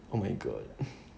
oh my god